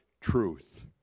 truth